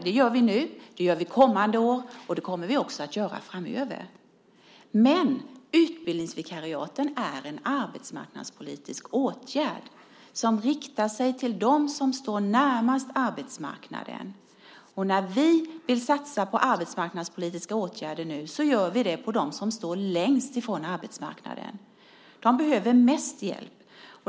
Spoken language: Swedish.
Det gör vi nu, det gör vi kommande år och det kommer vi också att göra framöver. Men utbildningsvikariaten är en arbetsmarknadspolitisk åtgärd som riktar sig till dem som står närmast arbetsmarknaden. När vi nu vill sätta in arbetsmarknadspolitiska åtgärder satsar vi på dem som står längst ifrån arbetsmarknaden. De behöver mest hjälp.